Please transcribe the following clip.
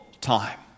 time